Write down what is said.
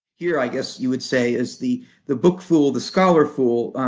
here, i guess you would say, is the the book fool, the scholar fool,